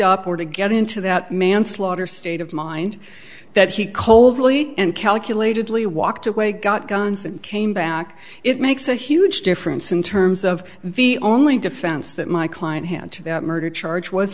up or to get into that manslaughter state of mind that he coldly and calculatedly walked away got guns and came back it makes a huge difference in terms of the only defense that my client hand to murder charge was